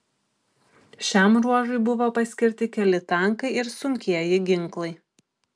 šiam ruožui buvo paskirti keli tankai ir sunkieji ginklai